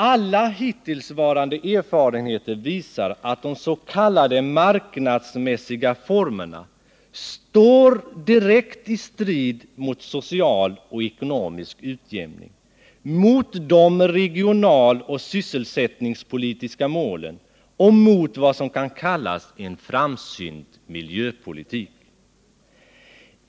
Alla hittillsvarande erfarenheter visar att de s.k. marknadsmässiga formerna står direkt i strid mot social och ekonomisk utjämning, mot de regionaloch sysselsättningspolitiska målen och mot vad som kan kallas en framsynt miljöpolitik.